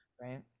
right